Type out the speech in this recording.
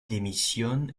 démissionne